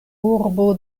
urbo